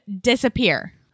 disappear